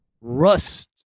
rust